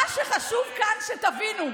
מה שחשוב כאן, שתבינו,